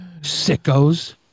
Sickos